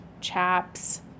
chaps